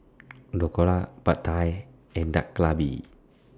Dhokla Pad Thai and Dak Galbi